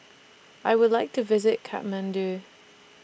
I Would like to visit Kathmandu